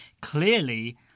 clearly